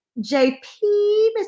JP